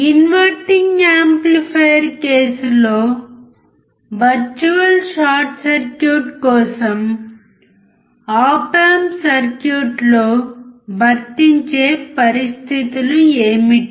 inverting amplifier కేసులో virtual short circuit కోసం op amp circuit లో వర్తించే పరిస్థితులు ఏమిటి